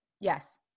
Yes